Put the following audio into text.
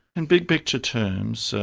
in big picture terms,